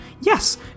Yes